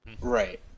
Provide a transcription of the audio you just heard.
Right